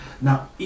now